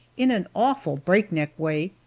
in an awful breakneck way.